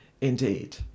Indeed